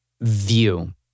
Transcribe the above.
view